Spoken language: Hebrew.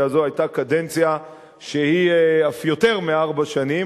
הזאת היתה קדנציה שהיא אף יותר מארבע שנים,